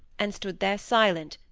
and stood there silent,